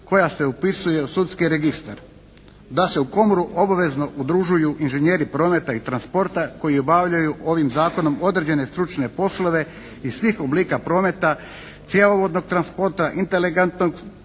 koja se upisuje u sudski registar, da se u komoru obavezno udružuju inženjeri prometa i transporta koji obavljaju ovim Zakonom određene stručne poslove iz svih oblika prometa, cjevovodnog transporta, …/Govornik